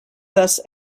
thus